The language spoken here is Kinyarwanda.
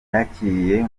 yakiriye